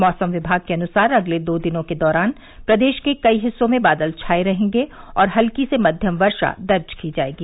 मौसम विमाग के अनुसार अगले दो दिनों के दौरान प्रदेश के कई हिस्सों में बादल छाए रहेंगे और हल्की से मध्यम वर्षा दर्ज की जाएगी